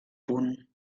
punt